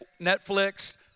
Netflix